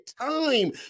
time